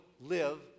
live